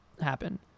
happen